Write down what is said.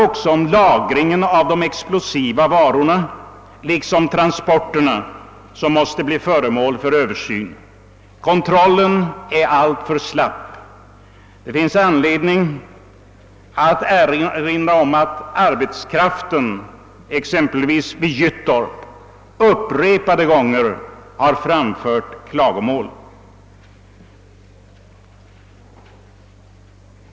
Också lagringen av de explosiva varorna, liksom transporterna, måste bli föremål för översyn. Kontrollen är alltför slapp. Det finns anledning att erinra om att arbetskraften exempelvis vid Gyttorp upprepade gånger framfört klagomål.